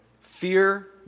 Fear